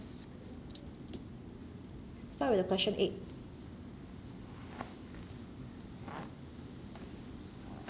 start with the question eight